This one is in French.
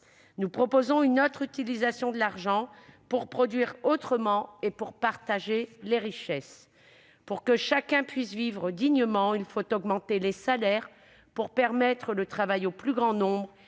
Nous proposons une autre utilisation de l'argent pour produire autrement et partager les richesses. Pour que chacun puisse vivre dignement, il faut augmenter les salaires. Pour donner du travail au plus grand nombre,